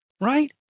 Right